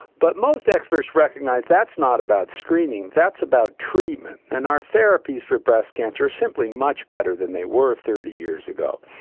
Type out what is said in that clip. but most experts recognise that's not about screening, that's about treatment. and our therapies for breast cancer are simply much better than they were thirty years ago.